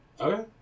Okay